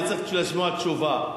אני צריך לשמוע תשובה.